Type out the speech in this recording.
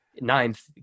ninth